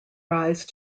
rise